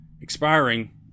expiring